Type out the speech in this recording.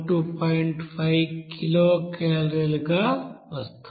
5 కిలోకలోరీగా వస్తోంది